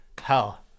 hell